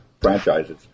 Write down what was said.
franchises